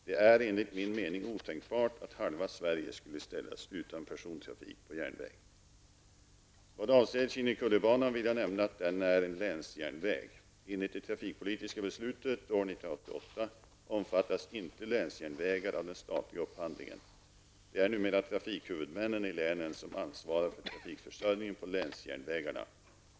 Det är enligt min mening otänkbart att halva Sverige skulle ställas utan persontrafik på järnväg. Vad avser Kinnekullebanan vill jag nämna att den är en länsjärnväg. Enligt det trafikpolitiska beslutet år 1988 omfattas inte länsjärnvägar av den statliga upphandlingen. Det är numera trafikhuvudmännen i länen som ansvarar för trafikförsörjningen på länsjärnvägarna.